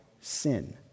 sin